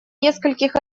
нескольких